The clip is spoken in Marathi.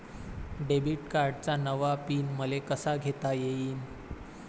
डेबिट कार्डचा नवा पिन मले कसा घेता येईन?